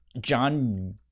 John